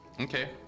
Okay